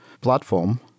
platform